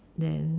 than